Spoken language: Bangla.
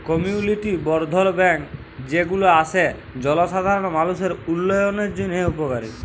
কমিউলিটি বর্ধল ব্যাঙ্ক যে গুলা আসে জলসাধারল মালুষের উল্যয়নের জন্হে উপকারী